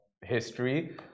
history